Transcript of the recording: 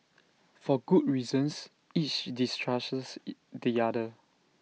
for good reasons each distrusts the other